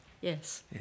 Yes